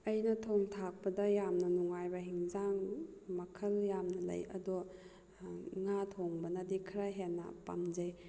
ꯑꯩꯅ ꯊꯣꯡ ꯊꯥꯛꯄꯗ ꯌꯥꯝ ꯅꯨꯡꯉꯥꯏꯕ ꯍꯤꯟꯖꯥꯡ ꯃꯈꯜ ꯌꯥꯝꯅ ꯂꯩ ꯑꯗꯣ ꯉꯥ ꯊꯣꯡꯕꯅꯗꯤ ꯈꯔ ꯍꯦꯟꯅ ꯄꯥꯝꯖꯩ